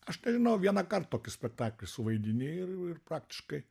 aš nežinau vienąkart tokį spektaklį suvaidini ir ir praktiškai